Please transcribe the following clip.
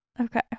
okay